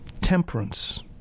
Temperance